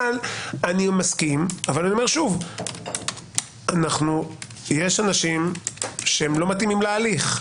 אני מסכים, אבל שוב - יש אנשים שלא מתאימים להליך.